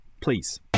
please